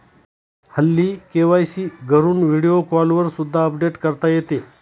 हल्ली के.वाय.सी घरून व्हिडिओ कॉलवर सुद्धा अपडेट करता येते